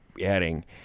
adding